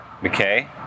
McKay